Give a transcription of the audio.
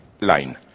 line